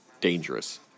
dangerous